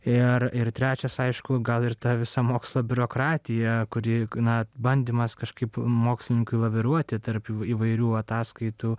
ir ir trečias aišku gal ir ta visa mokslo biurokratija kuri na bandymas kažkaip mokslininkui laviruoti tarp į įvairių ataskaitų